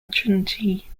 trinity